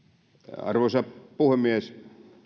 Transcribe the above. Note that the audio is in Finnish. arvoisa puhemies